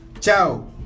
ciao